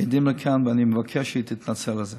עדים לכך, ואני מבקש שהיא תתנצל על זה.